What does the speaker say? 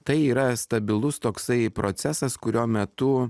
tai yra stabilus toksai procesas kurio metu